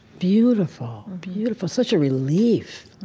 beautiful, beautiful, such a relief.